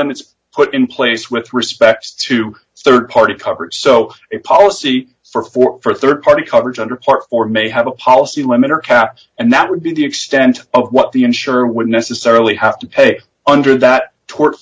limits put in place with respect to rd party covers so a policy for four for rd party coverage under part or may have a policy limiter caps and that would be the extent of what the insurer would necessarily have to pay under that tort